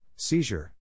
seizure